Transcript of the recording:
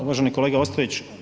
Uvaženi kolega Ostojić.